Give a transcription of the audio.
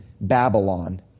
Babylon